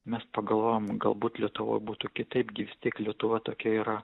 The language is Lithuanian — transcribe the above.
mes pagalvojom galbūt lietuvoj būtų kitaip gi vis tiek lietuva tokia yra